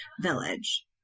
village